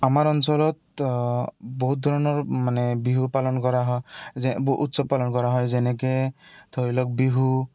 আমাৰ অঞ্চলত বহুত ধৰণৰ মানে বিহু পালন কৰা হয় যে বহু উৎসৱ পালন কৰা হয় যেনেকে ধৰি লওক বিহু